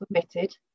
submitted